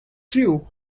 true